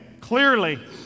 clearly